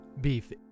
Beef